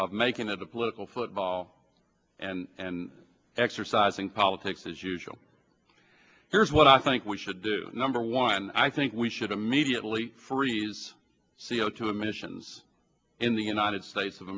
of making it a political football and exercising politics as usual here's what i think we should do number one i think we should immediately freeze c o two emissions in the united states of